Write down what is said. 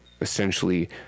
essentially